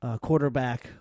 quarterback